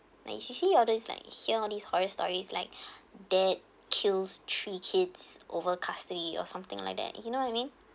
like you see see all these like hear all these horror stories like dad kills three kids over custody or something like that you know what I mean